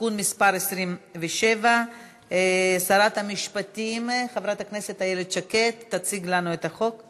(תיקון מס' 27). שרת המשפטים חברת הכנסת איילת שקד תציג לנו את החוק.